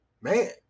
Man